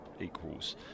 equals